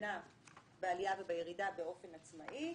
המתנה בעלייה ובירידה באופן עצמאי,